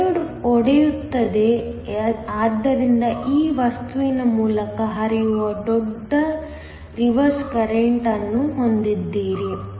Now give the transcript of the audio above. diode ಒಡೆಯುತ್ತದೆ ಆದ್ದರಿಂದ ಆ ವಸ್ತುವಿನ ಮೂಲಕ ಹರಿಯುವ ದೊಡ್ಡ ರಿವರ್ಸ್ ಕರೆಂಟ್ ಅನ್ನು ಹೊಂದಿದ್ದೀರಿ